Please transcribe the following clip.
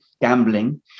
gambling